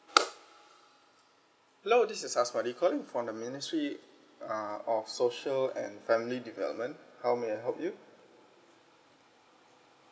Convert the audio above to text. hello this is asmadi calling from the ministry uh of social and family development how may I help you